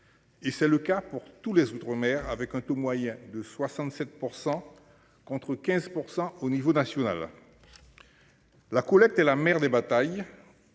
Et c'est le cas pour tous les outre-mer avec un taux moyen de 67% contre 15% au niveau national. La collecte et la mère des batailles.